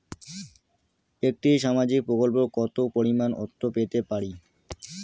একটি সামাজিক প্রকল্পে কতো পরিমাণ অর্থ পেতে পারি?